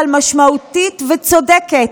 אבל משמעותית וצודקת.